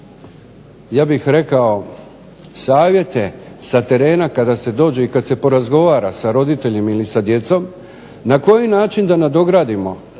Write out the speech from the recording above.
ja bih rekao savjete sa terena kada se dođe i kad se porazgovara sa roditeljima ili sa djecom na koji način da nadogradimo